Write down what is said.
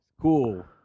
cool